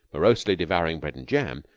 morosely devouring bread and jam,